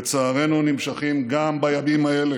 לצערנו נמשכים גם בימים האלה,